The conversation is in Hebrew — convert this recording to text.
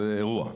זה האירוע.